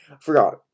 Forgot